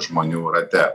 žmonių rate